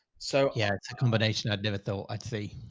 so yeah, a combination. i'd never thought i'd see.